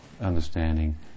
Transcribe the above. understanding